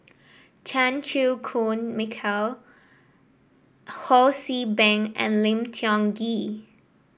Chan Chew Koon Michael Ho See Beng and Lim Tiong Ghee